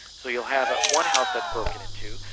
so you'll have ah one house that's broken into,